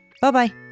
Bye-bye